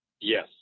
Yes